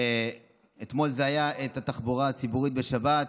ואתמול זה היה התחבורה הציבורית בשבת,